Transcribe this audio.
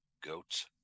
Goats